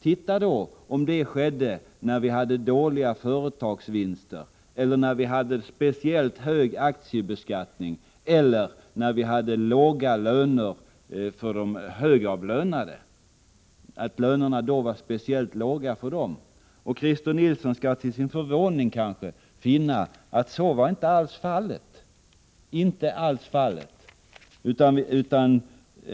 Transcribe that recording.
Titta då om det skedde när vi hade dåliga företagsvinster eller speciellt hög aktiebeskattning eller när vi hade låga löner för de högavlönade. Christer Nilsson skall då, kanske till sin förvåning finna att så inte alls var fallet.